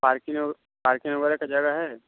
parking और parking वगैरह का जगह है